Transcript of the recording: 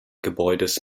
gebäudes